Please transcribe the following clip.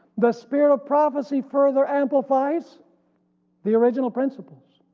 the spirit of prophecy further amplifies the original principles.